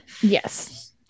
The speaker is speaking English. Yes